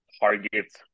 targets